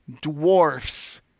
dwarfs